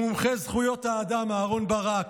מומחה זכויות האדם אהרן ברק,